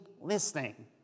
listening